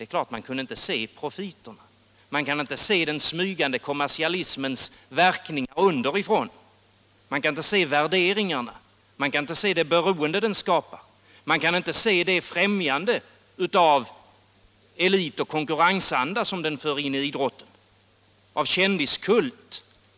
Det är klart att man inte kan se profiten; man kan inte se den smygande kommersialismens verkningar underifrån, man kan inte se värderingarna, man kan inte se det beroende den skapar, man kan inte se det främjande av elit och konkurrensanda som den för in i idrotten och den kändiskult som den för med sig.